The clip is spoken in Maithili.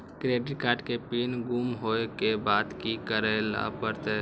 क्रेडिट कार्ड के पिन गुम होय के बाद की करै ल परतै?